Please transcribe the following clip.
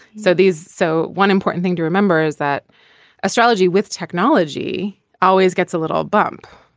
so these so one important thing to remember is that astrology with technology always gets a little bump.